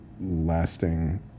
lasting